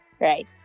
right